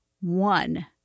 one